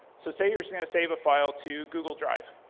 so say you're going to save a file to google drive.